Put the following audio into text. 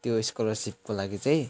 त्यो स्कलरसिपको लागि चाहिँ